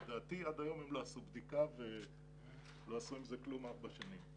לדעתי עד היום הם לא עשו בדיקה ולא עשו עם זה כלום ארבע שנים.